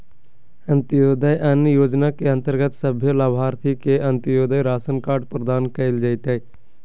अंत्योदय अन्न योजना के अंतर्गत सभे लाभार्थि के अंत्योदय राशन कार्ड प्रदान कइल जयतै